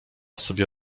sobie